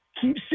keep